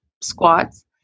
squats